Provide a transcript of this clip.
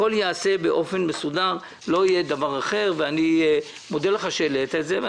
הכול ייעשה בצורה מסודרת ואני מודה לך שהעלית את זה.